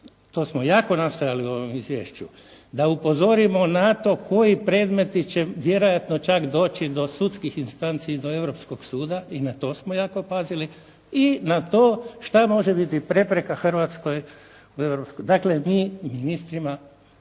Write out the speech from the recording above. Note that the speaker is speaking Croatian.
To smo jako nastojali u ovom izvješću da upozorimo na to koji predmeti će vjerojatno čak doći do sudskih instanci i do Europskog suda i na to smo jako pazili i na to šta može biti prepreka Hrvatskoj za europsku. Dakle, mi ministrima